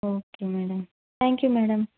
okay madam thank you madam